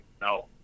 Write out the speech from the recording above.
No